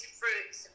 fruits